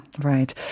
Right